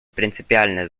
принципиальное